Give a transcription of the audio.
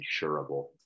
insurable